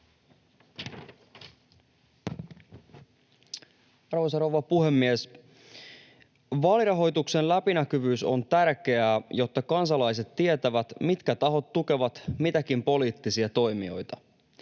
Arvoisa rouva puhemies! Vaalirahoituksen läpinäkyvyys on tärkeää, jotta kansalaiset tietävät, mitkä tahot tukevat mitäkin poliittisia toimijoita.